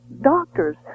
doctors